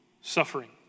suffering